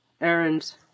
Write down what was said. errands